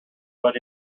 what